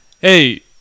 hey